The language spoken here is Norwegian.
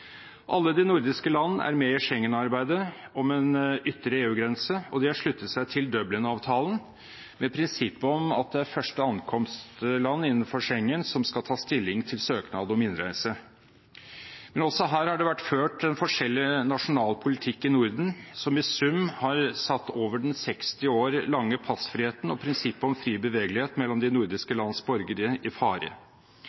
Alle de nordiske landene er med i Schengen-arbeidet om en ytre EU-grense, og de har sluttet seg til Dublin-avtalen, med prinsippet om at det er første ankomstland innenfor Schengen som skal ta stilling til søknad om innreise. Men også her har det vært ført forskjellig nasjonal politikk i Norden, som i sum har satt den over 60 år lange passfriheten og prinsippet om fri bevegelighet mellom de nordiske